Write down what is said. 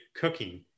cooking